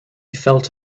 felt